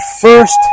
first